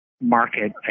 market